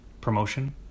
promotion